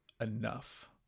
enough